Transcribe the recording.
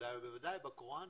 בוודאי ובוודאי בקוראן,